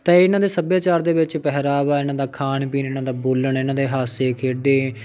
ਤਾਂ ਇਹਨਾਂ ਦੇ ਸੱਭਿਆਚਾਰ ਦੇ ਵਿੱਚ ਪਹਿਰਾਵਾ ਇਹਨਾਂ ਦਾ ਖਾਣ ਪੀਣ ਇਹਨਾਂ ਦਾ ਬੋਲਣ ਇਹਨਾਂ ਦੇ ਹਾਸੇ ਖੇਡੇ